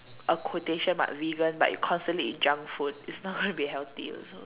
a quotation mark vegan but you constantly eat junk food it's not going to be healthy also